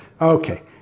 Okay